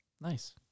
Nice